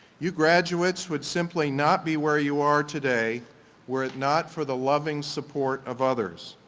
you graduates would simply not be where you are today were it not for the loving support of others.